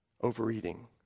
Overeating